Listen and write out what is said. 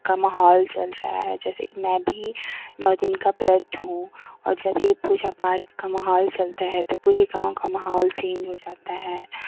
का माहौल चल रहा है जैसे कि मैं भी नौ दिन का व्रत हूँ और जब यह पूजा पाठ का माहौल चलता है तो पूरे गाँव का माहौल चेन्ज हो जाता है